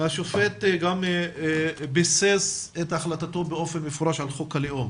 השופט גם ביסס את החלטתו באופן מפורש על חוק הלאום.